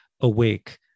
awake